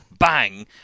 bang